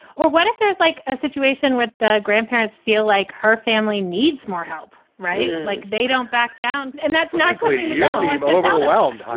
well, what if there's like a situation with the grandparents feel like her family needs more help? right. like they don't back down. and that's natalie. you seem overwhelmed.